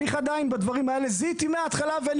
אני עדיין בדברים האלה זיהיתי מההתחלה ואני